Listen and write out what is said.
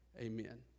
Amen